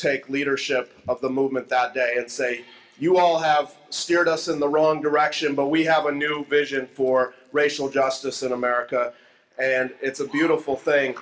take leadership of the movement that day and say you all have steered us in the wrong direction but we have a new vision for racial justice in america and it's a beautiful thing